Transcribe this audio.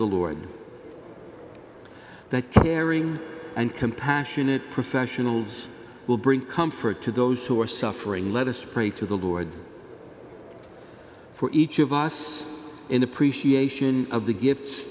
the lord that caring and compassionate professionals will bring comfort to those who are suffering let us pray to the lord for each of us in appreciation of the gifts